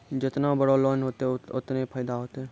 जेतना बड़ो लोन होतए ओतना फैदा होतए